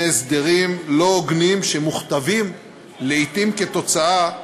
הסדרים לא הוגנים שמוכתבים לעתים כתוצאה,